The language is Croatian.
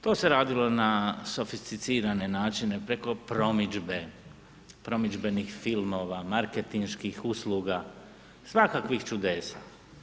To se radilo na sofisticirane načine preko promidžbe, promidžbenih filmova, marketinških usluga, svakakvih čudesa.